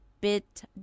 bit